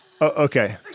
Okay